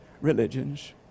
religions